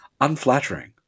unflattering